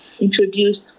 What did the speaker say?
introduced